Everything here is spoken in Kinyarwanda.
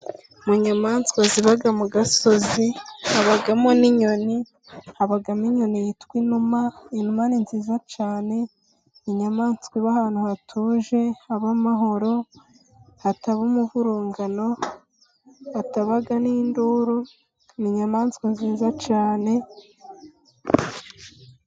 Mu nyamaswa ziba mu gasozi， habamo n'inyoni， habamo inyoni yitwa inuma， inuma ni nziza cyane， inyamaswa iba ahantu hatuje， haba amahoro， hataba umuvurungano， hataba n’induru， n’inyamaswa nziza cyane. .